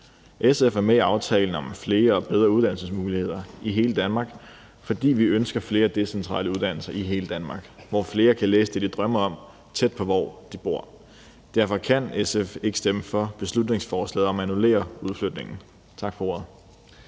SF er med i aftalen om flere og bedre uddannelsesmuligheder i hele Danmark, fordi vi ønsker flere decentrale uddannelser i hele Danmark, hvor flere kan læse det, de drømmer om, tæt på, hvor de bor. Derfor kan SF ikke stemme for beslutningsforslaget om at annullere udflytningen. Tak for ordet.